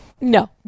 No